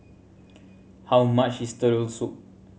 how much is Turtle Soup